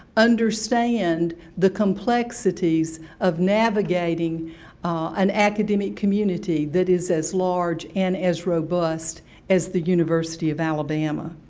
understand the complexities of navigating an academic community that is as large and as robust as the university of alabama.